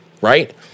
right